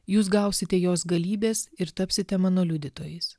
jūs gausite jos galybės ir tapsite mano liudytojais